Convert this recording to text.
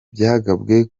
byagabwe